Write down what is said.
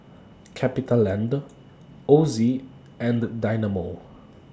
CapitaLand Ozi and Dynamo